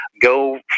go